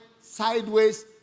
sideways